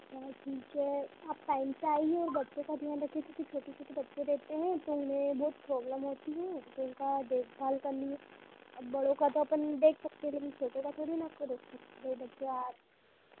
अच्छा ठीक है आप टाइम से आइए और बच्चों का ध्यान रखिए क्योंकि छोटे छोटे बच्चे रहते हैं तो उन्हें बहुत प्रॉब्लम होती है तो उनका देखभाल के लिए अब बड़ों का तो अपन देख सकते हैं लेकिन छोटो को थोड़ी ना कोई रख सकते हैं बच्चे आज